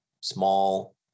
small